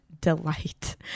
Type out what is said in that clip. delight